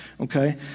Okay